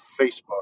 Facebook